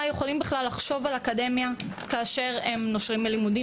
יכולים לחשוב על אקדמיה כשאר הם נושרים מלימודים,